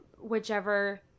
Whichever